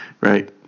Right